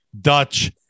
Dutch